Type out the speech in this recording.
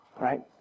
Right